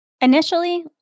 Initially